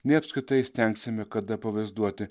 nei apskritai įstengsime kada pavaizduoti